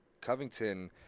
Covington